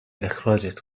اخراجت